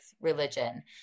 religion